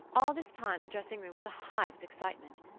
all this time the dressing-room was a hive of excitement.